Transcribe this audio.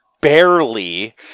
Barely